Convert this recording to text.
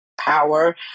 power